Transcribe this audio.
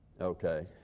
Okay